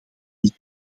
niet